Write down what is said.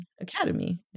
academy